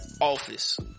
office